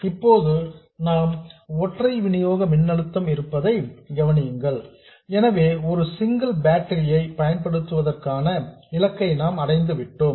இப்போது நம் ஒற்றை வினியோக மின்னழுத்தம் இருப்பதை கவனியுங்கள் எனவே ஒரு சிங்கிள் பேட்டரி ஐ பயன்படுத்துவதற்கான இலக்கை நாம் அடைந்து விட்டோம்